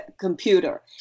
computer